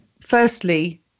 firstly